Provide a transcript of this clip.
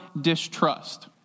distrust